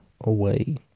away